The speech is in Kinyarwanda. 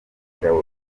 ingabo